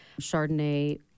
chardonnay